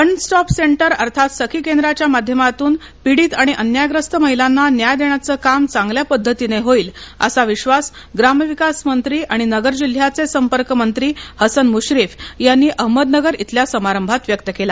one stop centre अर्थात सखी केंद्राच्या माध्यमातून पीडित आणि अन्यायग्रस्त महिलांना न्याय देण्याचं काम चांगल्या पद्धतीने होईल असा विधास ग्रामविकास मंत्री आणि अहमदनगर जिल्ह्याचे संपर्कमंत्री हसन मृश्रीफ यांनी अहमदनगर इथल्या समारंभात व्यक्त केला